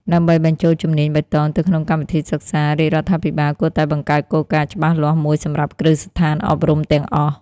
ដើម្បីបញ្ចូលជំនាញបៃតងទៅក្នុងកម្មវិធីសិក្សា រាជរដ្ឋាភិបាលគួរតែបង្កើតគោលការណ៍ច្បាស់លាស់មួយសម្រាប់គ្រឹះស្ថានអប់រំទាំងអស់។